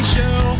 Show